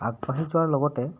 আগবাঢ়ি যোৱাৰ লগতে